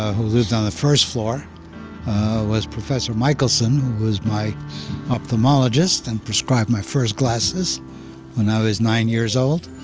ah who lived on the first floor was prof. michaelson, who was my opthamologist and prescribed my first glasses when i was nine years old.